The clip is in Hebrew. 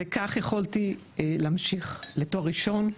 וכך יכולתי להמשיך לתואר ראשון,